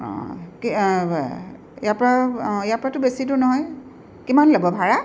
অঁ কি ইয়াৰপৰা অঁ ইয়াৰ পৰাতো বেছি দূৰ নহয় কিমান ল'ব ভাড়া